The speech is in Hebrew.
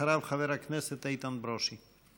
אחריו, חבר הכנסת איתן ברושי.